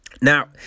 Now